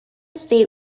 state